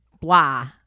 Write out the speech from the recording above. blah